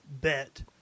bet